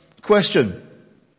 question